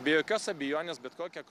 be jokios abejonės bet kokia